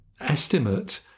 estimate